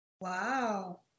Wow